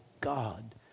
God